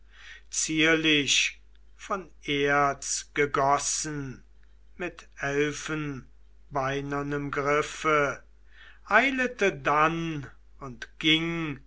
zierlich von erz gegossen mit elfenbeinernem griffe eilete dann und ging